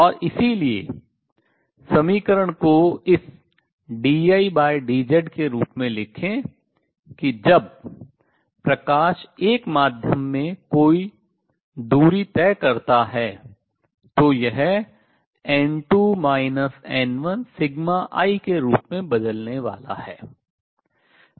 और इसलिए समीकरण को इस dIdZ रूप में लिखें कि जब प्रकाश एक माध्यम में कोई दूरी लंबाई तय करता है तो यह n2 n1σI के रूप में बदलने वाला है